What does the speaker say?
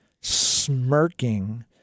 smirking